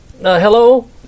hello